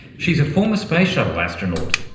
she's a former space shuttle astronaut.